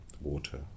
water